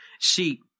See